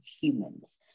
humans